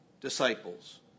disciples